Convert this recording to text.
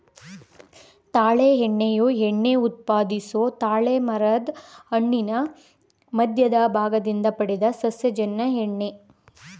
ತಾಳೆ ಎಣ್ಣೆಯು ಎಣ್ಣೆ ಉತ್ಪಾದಿಸೊ ತಾಳೆಮರದ್ ಹಣ್ಣಿನ ಮಧ್ಯದ ಭಾಗದಿಂದ ಪಡೆದ ಸಸ್ಯಜನ್ಯ ಎಣ್ಣೆ